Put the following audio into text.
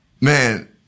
Man